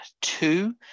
two